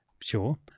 sure